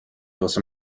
واسه